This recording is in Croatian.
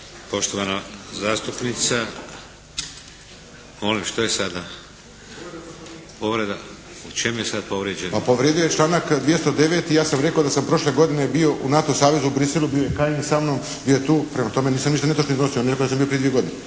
poštovana zastupnica… Molim, što je sada? Povreda? U čemu je sad povrijeđen? **Kovačević, Pero (HSP)** Pa, povrijedio je članak 209. Ja sam rekao da sam prošle godine bio u NATO savezu u Bruxellesu, bio je Kajin sa mnom, bio je tu. Prema tome, nisam ništa netočno iznosio. U Americi sam bio prije dvije godine.